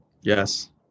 Yes